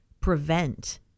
prevent